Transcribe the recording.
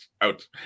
out